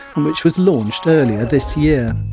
and which was launched earlier this year.